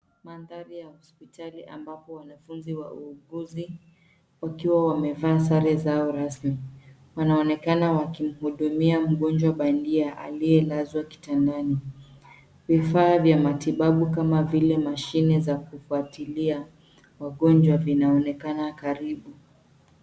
Mandhari ya hospitali ambapo wanafunzi wa uuguzi wakiwa wamevaa sare zao rasmi. Wanaonekana wakihudumia mgonjwa bandia aliyelazwa kitandani. Vifaa vya matibabu kama vile mashine za kufuatilia wagonjwa vinaonekana karibu.